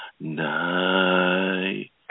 Night